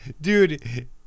Dude